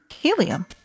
helium